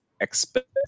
expect